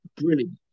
Brilliant